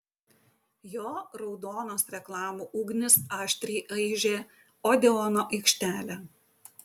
jo raudonos reklamų ugnys aštriai aižė odeono aikštelę